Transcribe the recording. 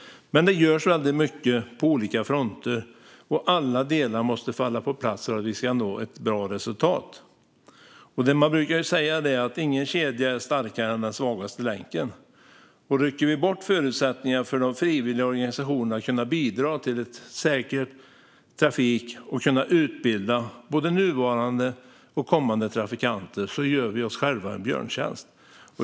Det görs mycket på olika fronter. Men alla delar måste falla på plats för att vi ska nå ett bra resultat. Man brukar ju säga att ingen kedja är starkare än sin svagaste länk. Rycker vi bort förutsättningar för de frivilliga organisationerna att bidra till säker trafik och utbilda både nuvarande och kommande trafikanter gör vi oss själva en björntjänst.